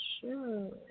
Sure